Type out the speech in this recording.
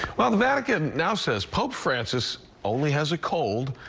ah the vatican now says pope francis only has a cold,